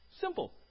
Simple